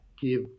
give